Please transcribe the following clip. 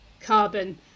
carbon